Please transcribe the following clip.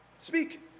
Speak